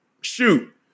shoot